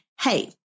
Hey